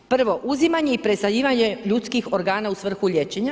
Prvo, uzimanje i presađivanje ljudskih organa u svrhu liječenja.